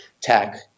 tech